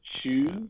shoes